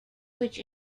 which